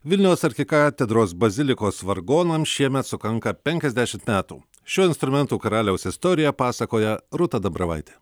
vilniaus arkikatedros bazilikos vargonams šiemet sukanka penkiasdešimt metų šio instrumentų karaliaus istoriją pasakoja rūta dambravaitė